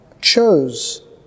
chose